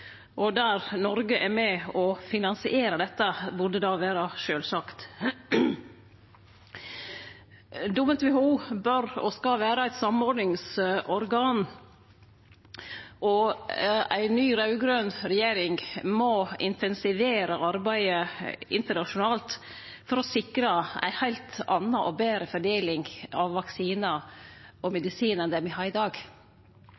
Noreg er med og finansierer dette, burde vere sjølvsagt. WHO bør og skal vere eit samordningsorgan, og ei ny raud-grøn regjering må intensivere arbeidet internasjonalt for å sikre ei heilt anna og betre fordeling av vaksinar og